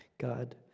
God